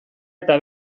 eta